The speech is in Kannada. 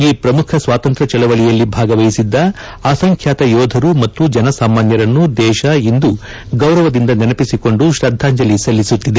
ಈ ಪ್ರಮುಖ ಸ್ವಾತಂತ್ರ್ ಚಳವಳಿಯಲ್ಲಿ ಭಾಗವಹಿಸಿದ್ದ ಅಸಂಖ್ಯಾತ ಯೋಧರು ಮತ್ತು ಜನಸಾಮಾನ್ಯರನ್ನು ದೇಶ ಇಂದು ಗೌರವದಿಂದ ನೆನಪಿಸಿಕೊಂಡು ಶ್ರದ್ದಾಂಜಲಿ ಸಲ್ಲಿಸುತ್ತಿದೆ